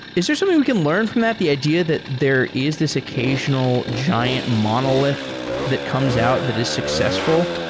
is there something we can learn from that? the idea that there is this occasional giant monolith that comes out that is successful?